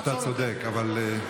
אתה צודק, אבל,